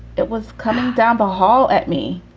it was coming down the hall at me.